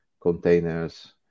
containers